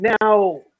Now